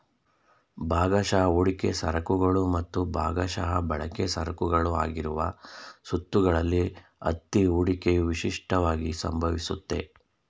ಭಾಗಶಃ ಹೂಡಿಕೆ ಸರಕುಗಳು ಮತ್ತು ಭಾಗಶಃ ಬಳಕೆ ಸರಕುಗಳ ಆಗಿರುವ ಸುತ್ತುಗಳಲ್ಲಿ ಅತ್ತಿ ಹೂಡಿಕೆಯು ವಿಶಿಷ್ಟವಾಗಿ ಸಂಭವಿಸುತ್ತೆ